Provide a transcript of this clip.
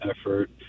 effort